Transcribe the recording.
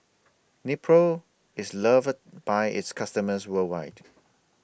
Nepro IS loved By its customers worldwide